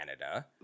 Canada